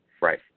right